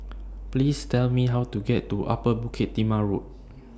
Please Tell Me How to get to Upper Bukit Timah Road